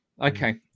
Okay